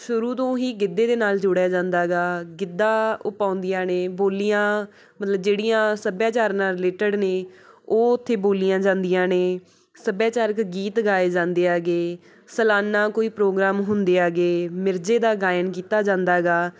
ਸ਼ੁਰੂ ਤੋਂ ਹੀ ਗਿੱਧੇ ਦੇ ਨਾਲ਼ ਜੋੜਿਆ ਜਾਂਦਾ ਗਾ ਗਿੱਧਾ ਉਹ ਪਾਉਂਦੀਆਂ ਨੇ ਬੋਲੀਆਂ ਮਤਲਬ ਜਿਹੜੀਆਂ ਸੱਭਿਆਚਾਰ ਨਾਲ਼ ਰਿਲੇਟਿਡ ਨੇ ਉਹ ਉੱਥੇ ਬੋਲੀਆਂ ਜਾਂਦੀਆਂ ਨੇ ਸੱਭਿਆਚਾਰਕ ਗੀਤ ਗਾਏ ਜਾਂਦੇ ਹੈਗੇ ਸਲਾਨਾ ਕੋਈ ਪ੍ਰੋਗਰਾਮ ਹੁੰਦੇ ਹੈਗੇ ਮਿਰਜ਼ੇ ਦਾ ਗਾਇਨ ਕੀਤਾ ਜਾਂਦਾ ਗਾ